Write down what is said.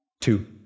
Two